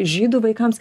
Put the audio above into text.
žydų vaikams